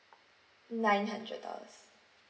nine hundred dollars